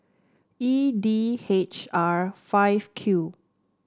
E D H R five Q